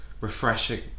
refreshing